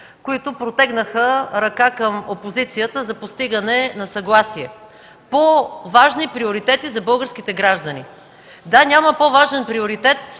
позиция на ГЕРБ, които протегнаха ръка към опозицията за постигане на съгласие по важни приоритети за българските граждани. Да, няма по-важен приоритет